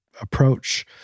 approach